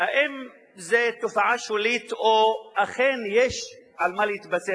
האם זו תופעה שולית או אכן יש על מה להתבסס?